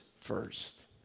first